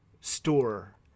store